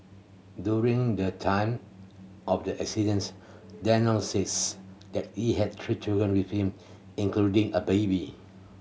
during the time of the incident Daniel says that he had three children with him including a baby